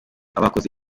abakoze